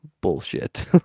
bullshit